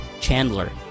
Chandler